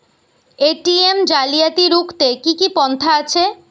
ATM জালিয়াতি রুখতে কি কি পন্থা আছে?